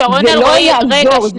זה לא יעזור.